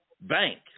bank